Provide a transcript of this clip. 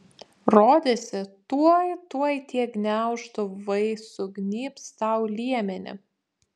rodėsi tuoj tuoj tie gniaužtu vai sugnybs tau liemenį